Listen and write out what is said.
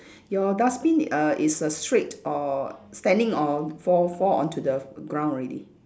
your dustbin err is a straight or standing or fall fall onto the ground already